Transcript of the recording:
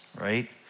right